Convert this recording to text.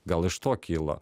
gal iš to kyla